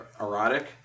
erotic